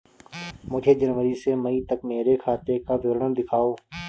मुझे जनवरी से मई तक मेरे खाते का विवरण दिखाओ?